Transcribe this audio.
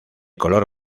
color